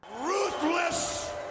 Ruthless